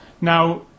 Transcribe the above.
Now